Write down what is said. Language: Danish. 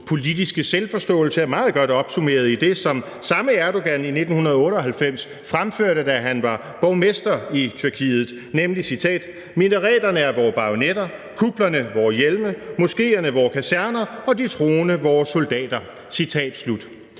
politiske selvforståelse er meget godt opsummeret i det, som den samme Erdogan i 1998 fremførte, da han var borgmester i Tyrkiet, nemlig, citat: Minareterne er vore bajonetter, kuplerne vore hjelme, moskéerne vore kaserner og de troende vore soldater.